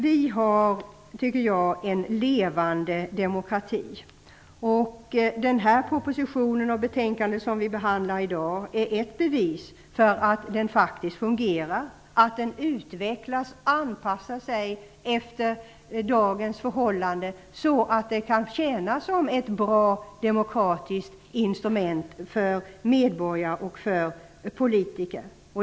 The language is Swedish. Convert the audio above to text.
Vi har, tycker jag, en levande demokrati. Den här propositionen och det betänkande som vi behandlar i dag är ett bevis för att den faktiskt fungerar, att den utvecklas och anpassar sig efter dagens förhållanden, så att den kan tjäna som ett bra instrument för medborgare och politiker.